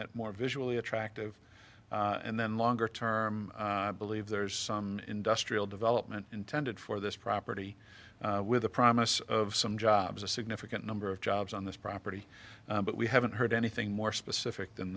it more visually attractive and then longer term believe there's some industrial development intended for this property with the promise of some jobs a significant number of jobs on this property but we haven't heard anything more specific than